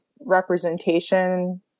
representation